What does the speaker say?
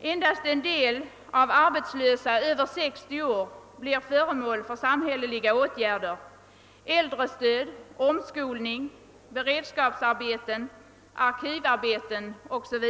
Endast en del av arbetslösa över 60 år blir föremål för samhälleliga åtgärder, äldrestöd, omskolning, beredskapsarbeten, arkivarbeten osv.